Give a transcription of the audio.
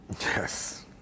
Yes